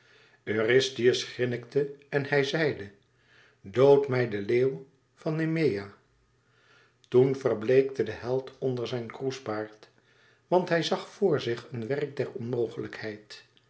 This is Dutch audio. eurystheus grinnikte en hij zeide dood mij den leeuw van nemea toen verbleekte de held onder zijn kroesbaard want hij zag vor zich een werk der onmogelijkheid